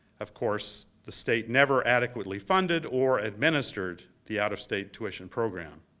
of course, the state never adequately funded or administered the out of state tuition program.